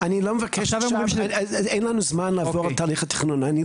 אני עוסקת בעניינים תכנוניים,